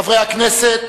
חברי הכנסת,